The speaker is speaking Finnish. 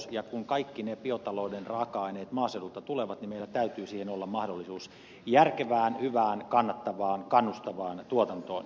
kun kaikki ne biotalouden raaka aineet maaseudulta tulevat meillä täytyy olla mahdollisuus järkevään hyvään kannattavaan kannustavaan tuotantoon